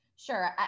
Sure